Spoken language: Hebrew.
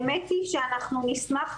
האמת היא שאנחנו נשמח,